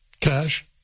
cash